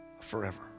forever